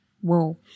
Whoa